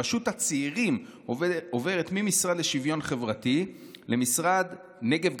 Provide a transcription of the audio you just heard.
רשות הצעירים עובדת מהמשרד לשוויון חברתי למשרד נגב,